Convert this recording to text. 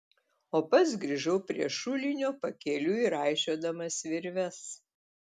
o pats grįžau prie šulinio pakeliui raišiodamas virves